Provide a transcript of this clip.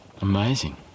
Amazing